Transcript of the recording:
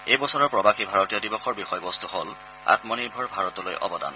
এই বছৰৰ প্ৰবাসী ভাৰতীয় দিৱসৰ বিষয়বস্ত হ'ল আম্মিনৰ্ভৰ ভাৰতলৈ অৱদান